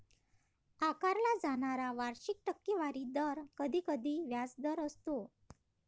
आकारला जाणारा वार्षिक टक्केवारी दर कधीकधी व्याजदर असतो